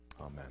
Amen